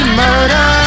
murder